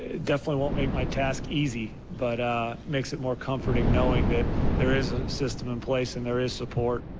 definitely won't make my task easy, but ah makes it more comforting knowing that there is a system in place and there is support.